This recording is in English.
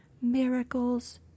Miracles